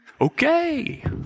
Okay